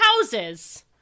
houses